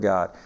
God